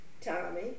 Tommy